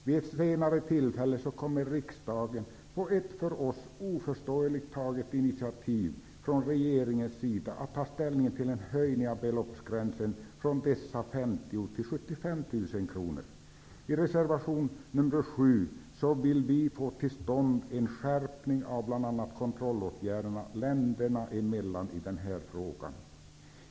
Vid ett senare tillfälle kommer riksdagen, på ett för oss oförståeligt initiativ från regeringens sida, att ta ställning till en höjning av beloppsgränsen från dessa 50 000 till 75 000 kr. Genom reservation nr 7 vill vi få till stånd en skärpning av bl.a. kontrollåtgärderna länderna emellan i denna fråga.